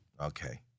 Okay